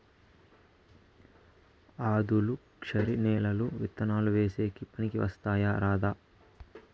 ఆధులుక్షరి నేలలు విత్తనాలు వేసేకి పనికి వస్తాయా రాదా?